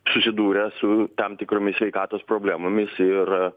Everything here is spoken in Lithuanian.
susidūrė su tam tikromis sveikatos problemomis ir